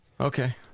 Okay